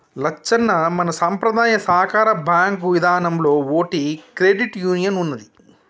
లచ్చన్న మన సంపద్రాయ సాకార బాంకు ఇదానంలో ఓటి క్రెడిట్ యూనియన్ ఉన్నదీ